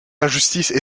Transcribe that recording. injustices